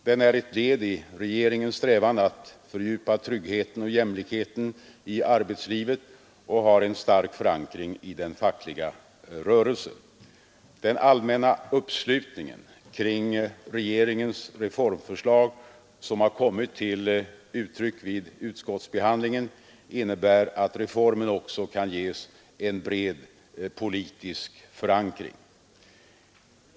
Den är ett led i regeringens strävan att fördjupa tryggheten och jämlikheten i arbetslivet och har en stark förankring i den fackliga rörelsen. Den allmänna uppslutning kring regeringens reformförslag som har kommit till uttryck vid utskottsbehandlingen innebär att reformen också kan ges en bred politisk förankring.